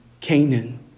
Canaan